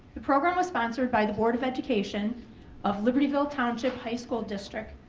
the program was sponsored by the board of education of libertyville township high school district.